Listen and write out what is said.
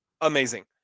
amazing